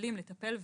הכלים לטפל ולבודד.